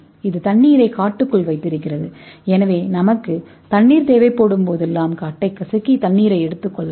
இது தண்ணீரை காட்டுக்குள் வைத்திருக்கிறது எனவே நமக்கு தண்ணீர் தேவைப்படும்போதெல்லாம் காட்டைக் கசக்கி தண்ணீரை எடுத்துக் கொள்ளலாம்